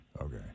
okay